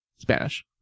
Spanish